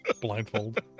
Blindfold